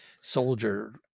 soldier